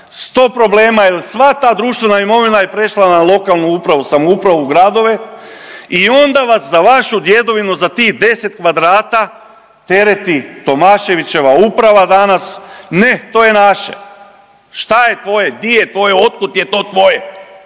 100 problema jer sva ta društvena imovina je prešla na lokalnu upravu, samoupravu gradove i onda vas za vašu djedovinu za tih 10 kvadrata tereti Tomaševićeva uprava danas ne to je naše. Šta je tvoje, di je tvoje, otkud je to tvoje?